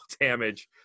damage